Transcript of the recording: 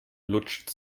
lutscht